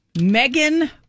Megan